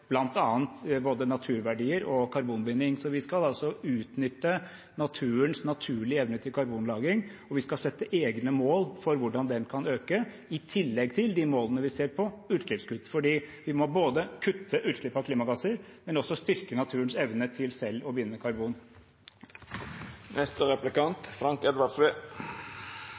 både naturverdier og karbonbinding. Vi skal altså utnytte naturens naturlige evne til karbonlagring, og vi skal sette egne mål for hvordan den kan øke, i tillegg til de målene vi setter på utslippskutt. For vi må både kutte utslipp av klimagasser og styrke naturens evne til selv å binde karbon.